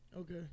Okay